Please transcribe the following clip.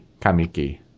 Kamiki